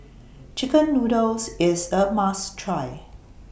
Chicken Noodles IS A must Try